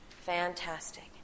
Fantastic